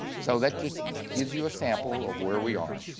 so that just gives you a sample of where we are.